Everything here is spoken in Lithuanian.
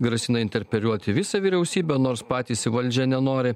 grasina interpeliuoti visą vyriausybę nors patys į valdžią nenori